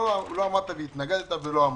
לא עמדת והתנגדת ולא אמרת.